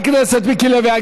חבר הכנסת מיקי לוי,